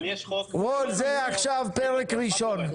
רון זה עכשיו פרק ראשון,